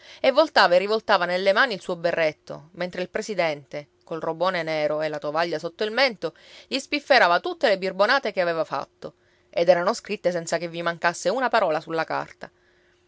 e voltava e rivoltava nelle mani il suo berretto mentre il presidente col robone nero e la tovaglia sotto il mento gli spifferava tutte le birbonate che aveva fatto ed erano scritte senza che vi mancasse una parola sulla carta